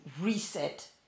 reset